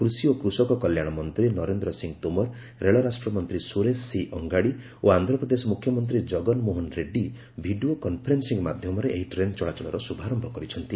କୃଷି ଓ କୃଷକ କଲ୍ୟାଣ ମନ୍ତ୍ରୀ ନରେନ୍ଦ୍ର ସିଂ ତୋମର ରେଳ ରାଷ୍ଟ୍ରମନ୍ତ୍ରୀ ସୁରେଶ ସି ଅଙ୍ଗାଡ଼ି ଓ ଆନ୍ଧ୍ରପ୍ରଦେଶ ମୁଖ୍ୟମନ୍ତ୍ରୀ ଜଗନମୋହନ ରେଡ୍ଗୀ ଭିଡ଼ିଓ କନ୍ଫରେନ୍ନିଂ ମାଧ୍ୟମରେ ଏହି ଟ୍ରେନ୍ ଚଳାଚଳର ଶୁଭାରୟ କରିଛନ୍ତି